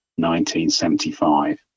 1975